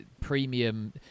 premium